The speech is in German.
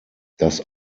das